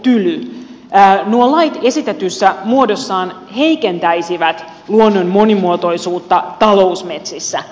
nuo lait esitetyssä muodossaan heikentäisivät luonnon monimuotoisuutta talousmetsissä